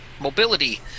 mobility